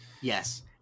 Yes